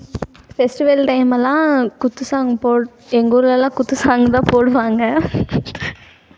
festival டைமெல்லாம் குத்து song போட எங்கள் ஊர்லெல்லாம் குத்து சாங்கு தான் போடுவாங்க